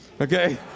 okay